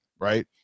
right